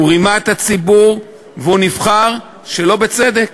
הוא רימה את הציבור, והוא נבחר שלא בצדק.